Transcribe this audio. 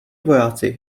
vojáci